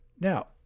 Now